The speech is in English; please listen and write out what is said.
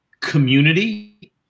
community